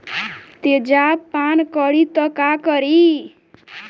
तेजाब पान करी त का करी?